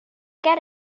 get